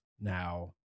Now